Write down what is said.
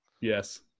yes